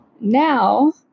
now